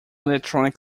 electronic